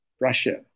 Russia